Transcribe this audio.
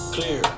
Clear